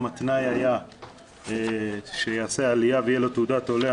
התנאי היה שמתנדב יעשה עלייה ויהיה לו תעודת עולה,